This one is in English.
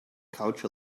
couch